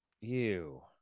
Ew